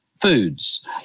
foods